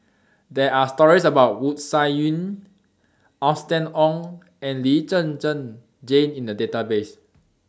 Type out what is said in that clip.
There Are stories about Wu Tsai Yen Austen Ong and Lee Zhen Zhen Jane in The Database